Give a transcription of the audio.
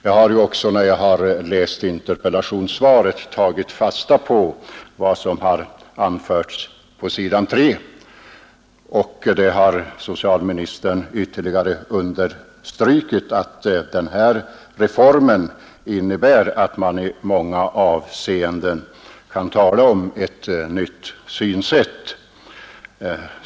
Jag har också när jag har läst interpellationssvaret tagit fasta på vad socialministern anfört och som han här ytterligare understrukit, nämligen att denna reform innebär att man i många avseenden kan tala om ett nytt synsätt.